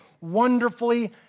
wonderfully